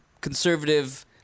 conservative